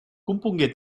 compongué